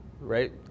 Right